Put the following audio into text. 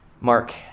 Mark